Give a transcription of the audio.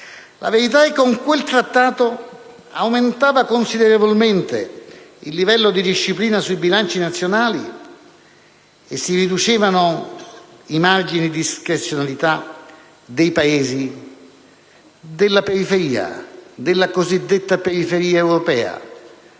La verità è che con quel trattato aumentava considerevolmente il livello di disciplina sui bilanci nazionali e si riducevano i margini di discrezionalità dei Paesi della cosiddetta periferia europea.